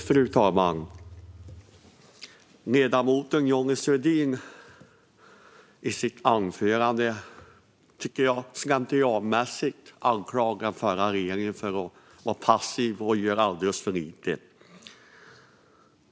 Fru talman! Ledamoten Johnny Svedin anklagar i sitt anförande slentrianmässigt den förra regeringen för att den varit passiv och gjort alldeles för lite.